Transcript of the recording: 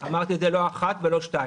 אמרתי את זה לא אחת ולא שתיים.